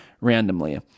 randomly